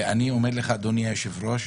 ואני אומר לך אדוני היושב-ראש,